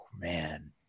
Man